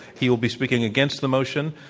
he will be speaking against the motion.